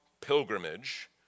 pilgrimage